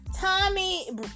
Tommy